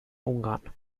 ungarn